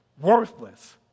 Worthless